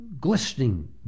glistening